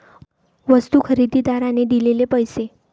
वस्तू खरेदीदाराने दिलेले पैसे